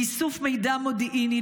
לאיסוף מידע מודיעיני,